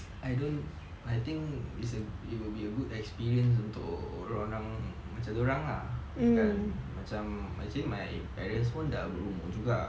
I don't I think it's a it will be a good experience untuk orang-orang macam dia orang ah kan macam actually my parents pun dah berumur juga